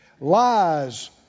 lies